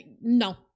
no